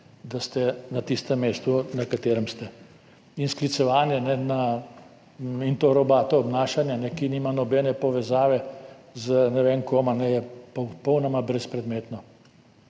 da ste na tistem mestu, na katerem ste. Sklicevanje in to robato obnašanje, ki nima nobene povezave z ne vem kom, je popolnoma brezpredmetno.